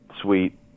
sweet